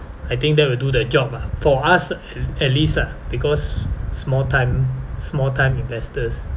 I think that will do the job ah for us at least ah because small time small time investors